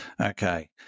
Okay